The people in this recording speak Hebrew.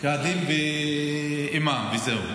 קאדים ואימאם, זהו.